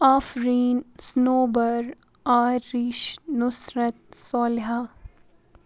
Afreen Sanobar Arish Nusrat Soliha